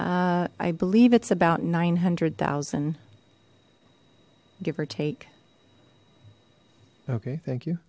t i believe it's about nine hundred thousand give or take okay thank you